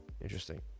Interesting